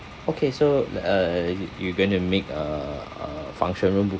okay so uh you you going to make uh a function room